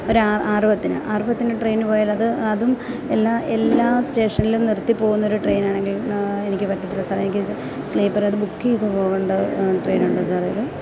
ഒരു ആറു പത്തിന് ആറു പത്തിന്റെ ട്രെയിനിന് പോയാല് അത് അതും എല്ലാ എല്ലാ സ്റ്റേഷനിലും നിർത്തി പോകുന്നൊരു ട്രെയിനാണെങ്കിൽ എനിക്ക് പറ്റില്ല സാർ എനിക്ക് സ്ലീപ്പർ അത് ബുക്ക് ചെയ്ത് പോകേണ്ട ട്രെയിനുണ്ടോ സാറേ ഇത്